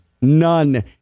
None